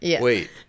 wait